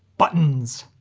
buttons!